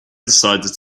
decided